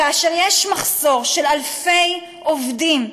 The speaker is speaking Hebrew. כאשר יש מחסור של אלפי עובדים,